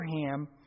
Abraham